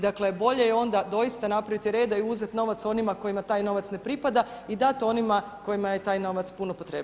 Dakle, bolje je onda doista napraviti reda i uzeti novac onima kojima taj novac ne pripada i dat onima kojima je taj novac puno potrebniji.